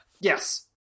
Yes